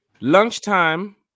lunchtime